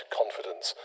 confidence